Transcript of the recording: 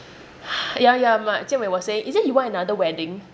yeah yeah my jian wei was saying is it you want another wedding